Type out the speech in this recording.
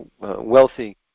wealthy